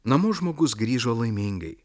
namų žmogus grįžo laimingai